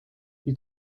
you